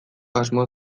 asmoz